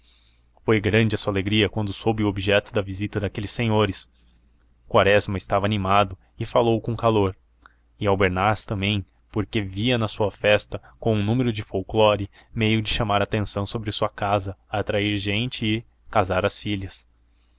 foi grande a sua alegria quando soube o objeto da visita daqueles senhores quaresma estava animado e falou com calor e albernaz também porque via na sua festa com um número de folklore meio de chamar a atenção sobre sua casa atrair gente e casar as filhas